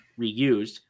reused